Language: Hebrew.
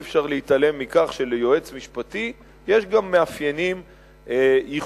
אי-אפשר להתעלם מכך שליועץ משפטי יש גם מאפיינים ייחודיים,